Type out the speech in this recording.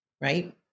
right